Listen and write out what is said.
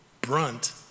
brunt